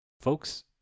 folks